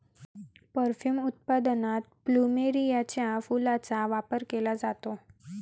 perfume उत्पादनात प्लुमेरियाच्या फुलांचा वापर केला जातो